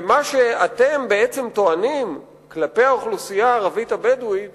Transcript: ומה שאתם בעצם טוענים כלפי האוכלוסייה הערבית-הבדואית